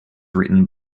written